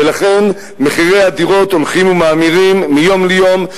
ולכן מחירי הדירות הולכים ומאמירים מיום ליום,